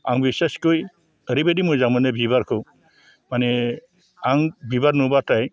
आं बिसेसखय ओरैबायदि मोजां मोनो बिबारखौ माने आं बिबार नुबाथाय